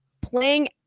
playing